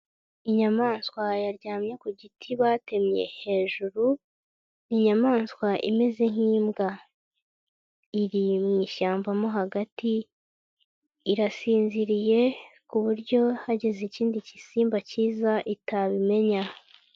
Inyamaswa yaryamye ku giti batemye hejuru ni inyamaswa imeze nk'imbwa. Iri mwishyamba mo hagati irasinziriye ku buryo hagize ikindi gisimba kiza itabimenya.